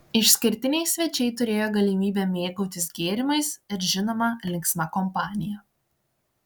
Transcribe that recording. išskirtiniai svečiai turėjo galimybę mėgautis gėrimais ir žinoma linksma kompanija